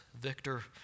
victor